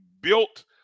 built